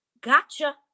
gotcha